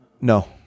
No